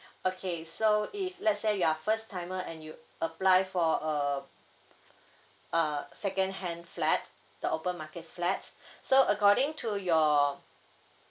okay so if let's say you are first timer and you apply for uh uh second hand flat the open market flats so according to your